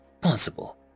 possible